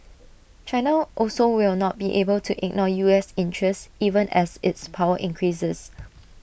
China also will not be able to ignore U S interests even as its power increases